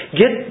get